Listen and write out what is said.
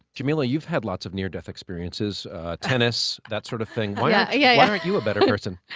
jameela, you've had lots of near-death experiences tennis, that sort of thing. yeah, yeah. why aren't you a better person?